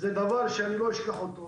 זה דבר שלא אשכח אותו.